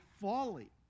folly